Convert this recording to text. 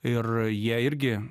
ir jie irgi